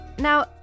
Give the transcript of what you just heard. Now